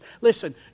Listen